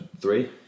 three